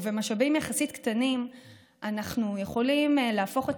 ובמשאבים יחסית קטנים אנחנו יכולים להפוך את